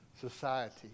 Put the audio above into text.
society